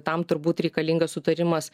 tam turbūt reikalingas sutarimas